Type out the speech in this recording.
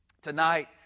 Tonight